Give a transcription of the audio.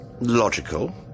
Logical